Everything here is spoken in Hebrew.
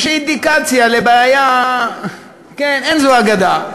זו איזו אינדיקציה לבעיה, כן, אין זו אגדה.